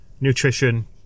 nutrition